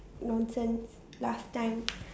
nonsense last time